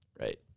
Right